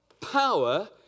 power